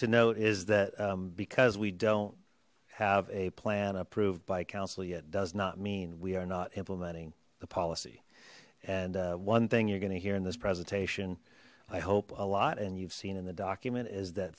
to note is that because we don't have a plan approved by council yet does not mean we are not implementing the policy and one thing you're going to hear in this presentation i hope a lot and you've seen in the document is that